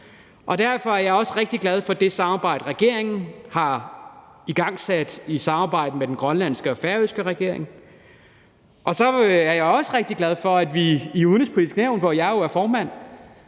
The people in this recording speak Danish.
derfor er jeg også rigtig glad for det samarbejde, regeringen har igangsat i samarbejde med den grønlandske og færøske regering. Så er jeg også rigtig glad for, at vi i Det Udenrigspolitiske Nævn, hvor jeg jo var formand,